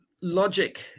logic